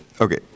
okay